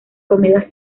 comidas